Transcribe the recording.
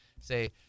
say